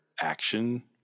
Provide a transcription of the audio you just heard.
action